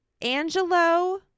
Angelo